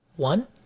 One